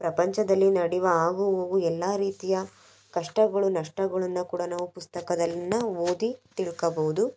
ಪ್ರಪಂಚದಲ್ಲಿ ನಡಿವ ಆಗು ಹೋಗು ಎಲ್ಲ ರೀತಿಯ ಕಷ್ಟಗಳು ನಷ್ಟಗಳನ್ನ ಕೂಡ ನಾವು ಪುಸ್ತಕದಲ್ಲಿನ ಓದಿ ತಿಳ್ಕೋಬೌದು